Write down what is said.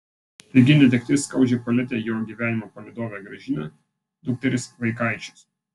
staigi netektis skaudžiai palietė jo gyvenimo palydovę gražiną dukteris vaikaičius